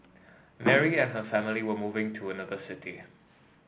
Mary and her family were moving to another city